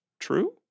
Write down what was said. True